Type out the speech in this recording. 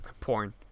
Porn